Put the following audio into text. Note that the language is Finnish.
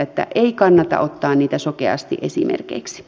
että ei kannata ottaa niitä sokeasti esimerkeiksi